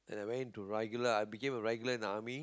and I went into regular I became regular in the army